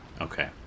Okay